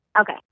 Okay